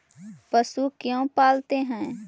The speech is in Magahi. पशु क्यों पालते हैं?